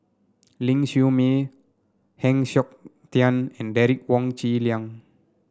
Ling Siew May Heng Siok Tian and Derek Wong Zi Liang